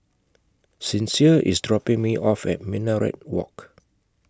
Sincere IS dropping Me off At Minaret Walk